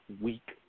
weak